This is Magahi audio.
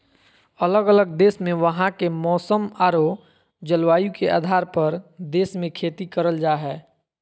अलग अलग देश मे वहां के मौसम आरो जलवायु के आधार पर देश मे खेती करल जा हय